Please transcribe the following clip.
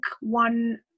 one